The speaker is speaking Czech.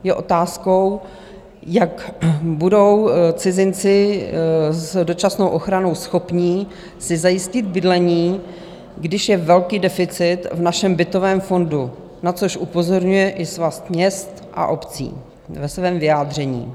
Je otázkou, jak budou cizinci s dočasnou ochranou schopni si zajistit bydlení, když je velký deficit v našem bytovém fondu, na což upozorňuje i Svaz měst a obcí ve svém vyjádření.